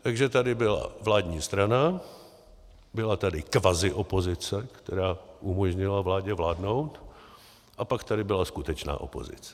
Takže tady byla vládní strana, byla tady kvaziopozice, která umožnila vládě vládnout, a pak tady byla skutečná opozice.